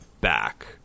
back